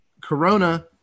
Corona